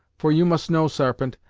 for you must know, sarpent,